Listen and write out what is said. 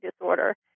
disorder